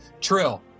Trill